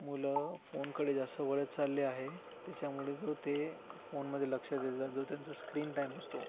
मुलं फोनकडे जास्त वळत चालले आहे त्याच्यामुळेच ते फोनमध्ये लक्ष देतात जो त्यांचा स्क्रीनटाईम असतो